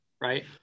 right